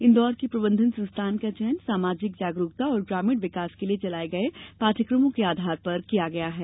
इंदौर के प्रबंधन संस्थान का चयन सामाजिक जागरुकता और ग्रामीण विकास के लिए चलाए गए पाठ्यक्रमों के आधार पर किया गया है